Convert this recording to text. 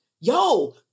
yo